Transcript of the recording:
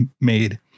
made